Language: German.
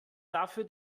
dafür